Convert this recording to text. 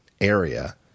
area